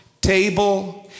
table